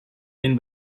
den